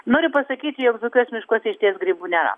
noriu pasakyti jog dzūkijos miškuose išties grybų nėra